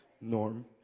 Norm